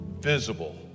visible